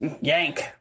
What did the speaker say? yank